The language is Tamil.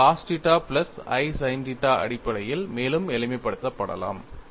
இது cos பிளஸ் i sin அடிப்படையில் மேலும் எளிமைப்படுத்தப்படலாம்